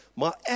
maar